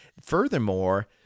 Furthermore